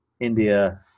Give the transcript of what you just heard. India